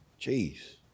Jeez